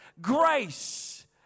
grace